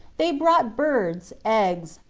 they brought birds, eggs,